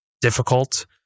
difficult